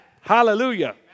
Hallelujah